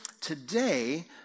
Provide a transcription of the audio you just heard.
today